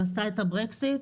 ועשתה את ה-Brexit,